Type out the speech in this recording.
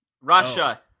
Russia